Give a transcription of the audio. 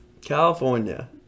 California